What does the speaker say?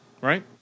right